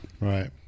Right